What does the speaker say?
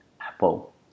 Apple